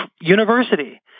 university